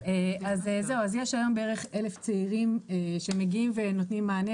יש היום בערך 1,000 צעירים שמגיעים ונותנים מענה,